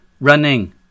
running